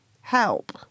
Help